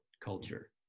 culture